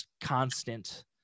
constant